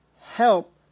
help